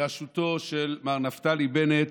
בראשותו של מר נפתלי בנט,